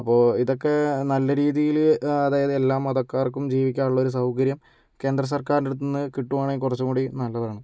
അപ്പോൾ ഇതൊക്കെ നല്ല രീതിയിൽ അതായത് എല്ലാ മതക്കാർക്കും ജീവിക്കാൻ ഉള്ള ഒരു സൗകര്യം കേന്ദ്ര സർക്കാരിൻ്റെ അടുത്ത് നിന്ന് കിട്ടുകയാണെങ്കിൽ കുറച്ചും കൂടി നല്ലതാണ്